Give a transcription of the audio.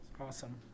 Awesome